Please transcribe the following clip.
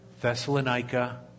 Thessalonica